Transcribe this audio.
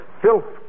filth